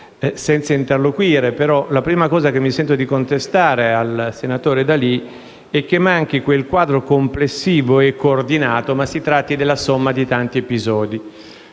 Senza interloquire, la prima cosa che mi sento di contestare al senatore D'Alì è che manchi un quadro complessivo e coordinato e che si tratti della somma di tanti episodi.